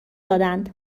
دادند